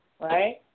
Right